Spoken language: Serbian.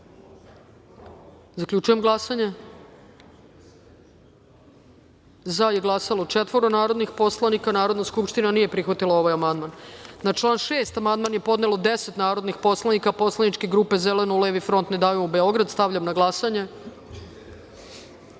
amandman. Zaključujem glasanje: za je glasalo troje narodnih poslanika. Narodna skupština nije prihvatila ovaj amandman. Na član 4. amandman je podnelo 10 narodnih poslanika Poslaničke grupe Zeleno-levi front – Ne davimo Beograd. Stavljam na glasanje